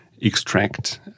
extract